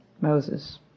Moses